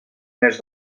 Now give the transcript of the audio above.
més